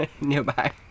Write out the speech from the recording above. nearby